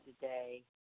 today